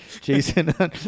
Jason